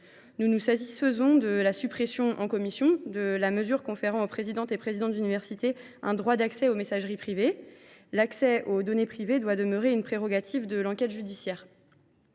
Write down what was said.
Nous nous satisfaisons de la suppression, en commission, de la mesure visant à conférer aux présidentes et présidents d’université un droit d’accès aux messageries privées, lequel doit demeurer une prérogative de l’enquête judiciaire.